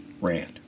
Rand